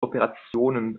operationen